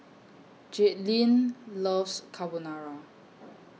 Jaidyn loves Carbonara